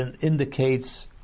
indicates